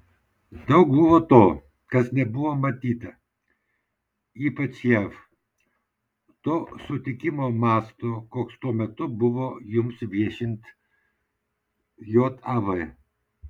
daug buvo to kas nebuvo matyta ypač jav to sutikimo masto koks tuo metu buvo jums viešint jav